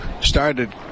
started